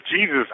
Jesus